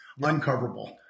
Uncoverable